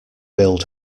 build